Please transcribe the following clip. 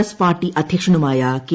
S party അധ്യക്ഷനുമായ K